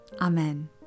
Amen